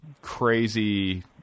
crazy